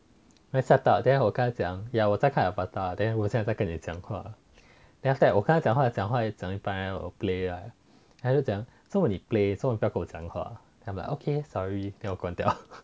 then set up then 我跟他讲 !aiya! 我在看 avatar then 我现在跟你讲话 then after that 我跟他讲话讲话讲到一半 then 我 play then 他就讲为什么你 play 为什么你不要跟我讲话 then I'm like okay sorry then 我关掉